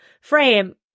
frame